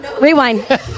Rewind